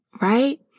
right